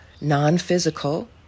non-physical